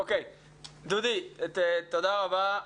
תודה רבה.